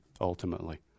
ultimately